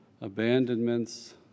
abandonments